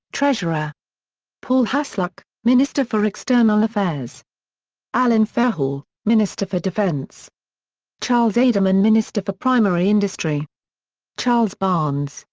treasurer paul hasluck, minister for external affairs allen fairhall, minister for defence charles adermann minister for primary industry charles barnes,